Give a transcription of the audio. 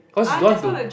cause you don't want to